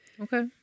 Okay